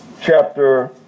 chapter